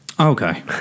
Okay